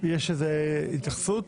יש התייחסות?